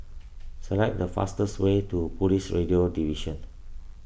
select the fastest way to Police Radio Division